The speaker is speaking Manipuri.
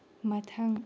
ꯃꯊꯪ